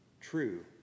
true